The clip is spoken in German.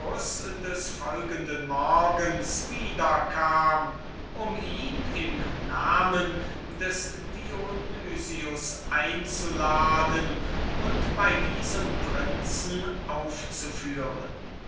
des folgenden morgens wiederkam um ihn im namen des dionys einzuladen und bei diesem prinzen aufzuführen